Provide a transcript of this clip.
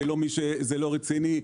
כמישהו לא רציני.